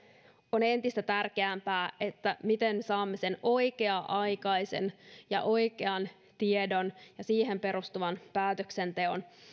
on entistä tärkeämpää miten saamme oikea aikaisen ja oikean tiedon ja siihen perustuvan päätöksenteon